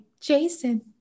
Jason